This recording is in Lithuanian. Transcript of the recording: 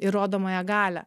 įrodomąją galią